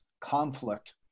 conflict